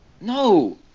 No